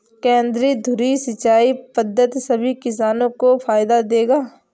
केंद्रीय धुरी सिंचाई पद्धति सभी किसानों को फायदा देगा